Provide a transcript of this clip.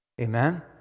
Amen